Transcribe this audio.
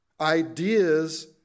Ideas